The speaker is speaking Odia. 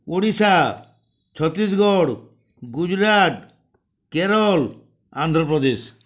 ଓଡ଼ିଶା ଛତିଶଗଡ଼ ଗୁଜୁରାଟ କେରଳ ଆନ୍ଧ୍ରପ୍ରଦେଶ